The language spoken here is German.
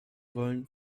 wollen